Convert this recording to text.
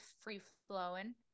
free-flowing